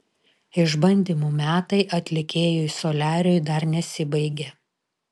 išbandymų metai atlikėjui soliariui dar nesibaigė